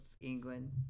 England